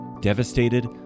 devastated